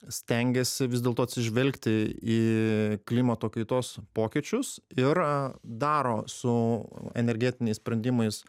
stengiasi vis dėlto atsižvelgti į klimato kaitos pokyčius ir daro su energetiniais sprendimais